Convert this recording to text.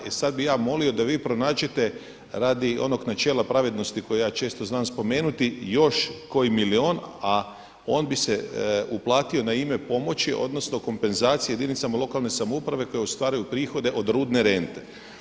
E sad bih ja molio da vi pronađete radi onog načela pravednosti koji ja često znam spomenuti još koji milijun, a on bi se uplatio na ime pomoći, odnosno kompenzacije jedinicama lokalne samouprave koje ostvaruju prihode od rudne rente.